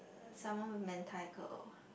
uh salmon with Mentaiko